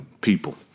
people